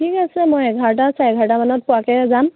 ঠিক আছে মই এঘাৰটা চাৰে এঘাৰটা মানত পোৱাকৈ যাম